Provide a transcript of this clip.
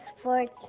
Sports